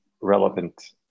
relevant